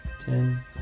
ten